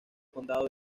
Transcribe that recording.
condado